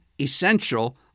essential